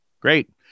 Great